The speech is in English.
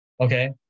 okay